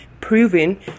proven